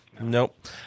Nope